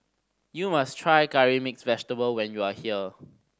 you must try Curry Mixed Vegetable when you are here